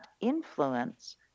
influence